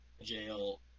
jail